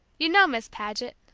you know, miss paget,